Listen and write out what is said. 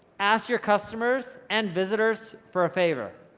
ask your customers and visitors for a favor,